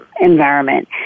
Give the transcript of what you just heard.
environment